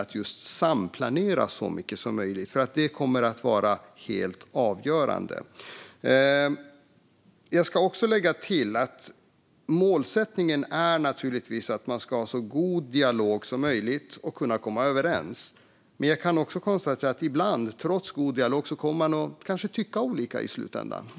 Att samplanera så mycket som möjligt kommer att vara helt avgörande. Målsättningen är naturligtvis att man ska ha så god dialog som möjligt och kunna komma överens. Men jag kan också konstatera att man ibland, trots god dialog, kanske kommer att tycka olika i slutändan.